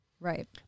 Right